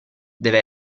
deve